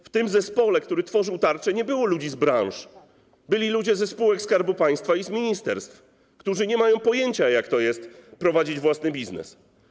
W tym zespole, który tworzył tarczę, nie było ludzi z branż, byli ludzie ze spółek Skarbu Państwa i z ministerstw, którzy nie mają pojęcia, jak to jest prowadzić własny biznes.